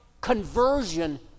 conversion